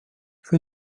für